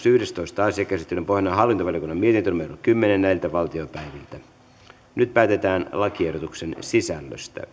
yhdestoista asia käsittelyn pohjana on hallintovaliokunnan mietintö kymmenen nyt päätetään lakiehdotuksen sisällöstä